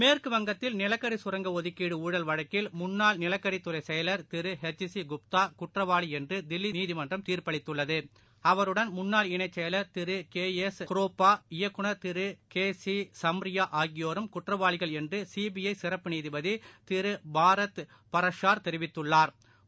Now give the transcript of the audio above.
மேற்குவங்கத்தில் நிலக்கிசுரங்க ஒதுக்கீடுஊழல் வழக்கில் முன்னாள் நிலக்கரித்துறைசெயலர் திருஎச் சிகுப்தாகுற்றவாளிஎன்றுதில்லிநீதிமன்றம் தீர்ப்பளித்துள்ளது எஸ் அவருடன் முன்னாள் இணைச் செயலர் திருகே க்ரோப்பா இயக்குநர் திருகேசிசம்பாஆகியோரும் குற்றவாளிகள் என்றுசிபிஐசிறப்பு நீதிபதிதிருபாரத் பிரஸாா் தெரிவித்துள்ளாா்